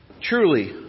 Truly